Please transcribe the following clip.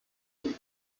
ihn